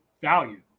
value